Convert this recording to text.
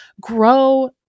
grow